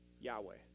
Yahweh